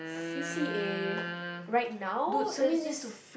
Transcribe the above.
C_C_A right now is just